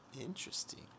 Interesting